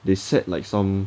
they set like some